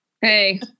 hey